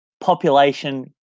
population